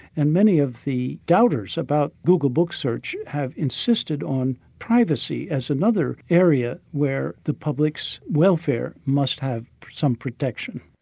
and many of the doubters about google book search have insisted on privacy as another area where the public's welfare must have some protection.